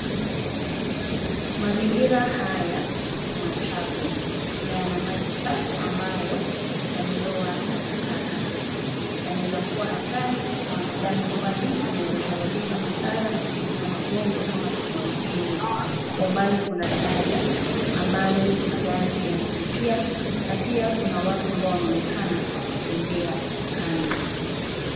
Mazingira haya ni machafu na yana maji chafu ambayo yamelowa takataka. Yanaweza kuwa hatari kwa wanadamu kwani yanaweza sababisha madhara na kuleta magonjwa kama kipindupindu. Kwa umbali kuna daraja ambalo magari yanapitia na pia kuna watu ambao wanaonekana wakitembea kando.